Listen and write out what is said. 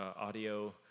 audio